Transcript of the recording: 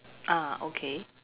ah okay